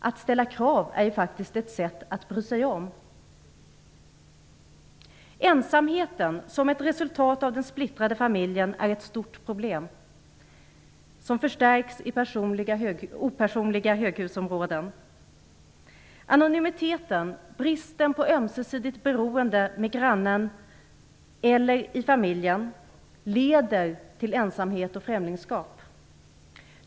Att ställa krav är faktiskt ett sätt att bry sig om. Ensamheten som ett resultat av den splittrade familjen är ett stort problem, som förstärks i opersonliga höghusområden. Anonymiteten, bristen på ömsesidigt beroende med grannen eller i familjen leder till ensamhet och främlingskap.